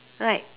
right